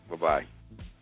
Bye-bye